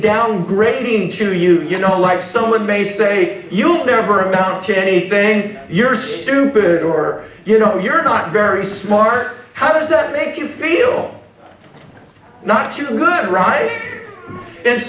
downgrading to you you know like someone may say you'll never amount to anything you're stupid or you know you're not very smart how does that make you feel not too good right and